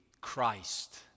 Christ